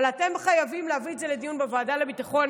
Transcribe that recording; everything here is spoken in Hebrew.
אבל אתם חייבים להביא את זה לדיון בוועדה לביטחון